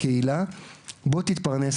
בוא תתפרנס,